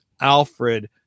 Alfred